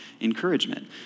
encouragement